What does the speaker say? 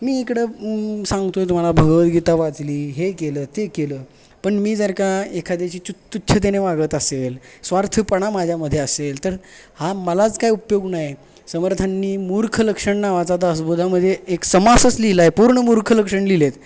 मी इकडं सांगतो आहे तुम्हाला भगवदगीता वाचली हे केलं ते केलं पण मी जर का एखाद्याशी चु तुच्छतेने वागत असेल स्वार्थपणा माझ्यामधे असेल तर हा मलाच काही उपयोग नाही समर्थांनी मूर्ख लक्षण नावाचा दासबोधामध्ये एक समासच लिहिला आहे पूर्ण मूर्ख लक्षण लिहिली आहेत